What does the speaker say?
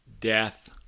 death